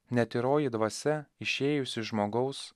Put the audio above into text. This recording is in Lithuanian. netyroji dvasia išėjus iš žmogaus